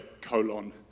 colon